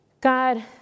God